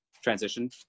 transition